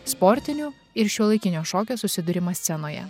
sportinių ir šiuolaikinio šokio susidūrimą scenoje